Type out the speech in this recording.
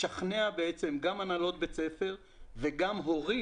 לשכנע גם הנהלות בית ספר וגם הורים.